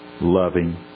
loving